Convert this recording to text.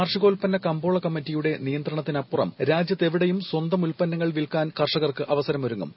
കാർഷികോൽപ്പന്ന കമ്പോള കമ്മിറ്റികളുടെ നിയന്ത്രണത്തിനപ്പുറം രാജൃത്ത് എവിടെയും സ്വന്തം ഉൽപ്പന്നങ്ങൾ വിൽക്കാൻ കർഷകർക്ക് അവസരമൊരുങ്ങും